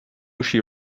she